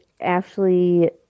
Ashley